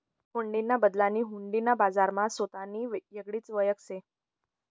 हुंडीना दलालनी हुंडी ना बजारमा सोतानी येगळीच वयख शे